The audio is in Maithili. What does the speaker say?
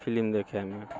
फिल्म देखैमे